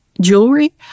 jewelry